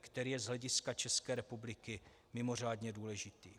který je z hlediska České republiky mimořádně důležitý.